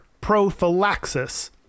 prophylaxis